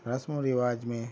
رسم و رواج میں